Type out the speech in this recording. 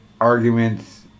arguments